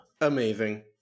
Amazing